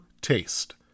taste